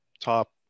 top